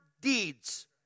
deeds